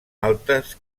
altes